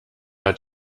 hat